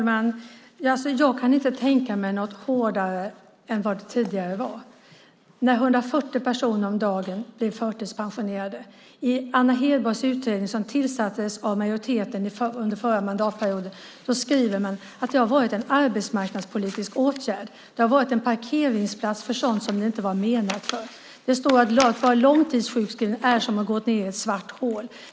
Herr talman! Jag kan inte tänka mig något hårdare än det som var tidigare när 140 personer om dagen blev förtidspensionerade. I Anna Hedborgs utredning som tillsattes av majoriteten under förra mandatperioden skriver man att det har varit en arbetsmarknadspolitisk åtgärd. Det har varit en parkeringsplats för sådant som det inte var menat för. Det står: Att vara långtidssjukskriven är som att gå ned i ett svart hål.